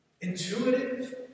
intuitive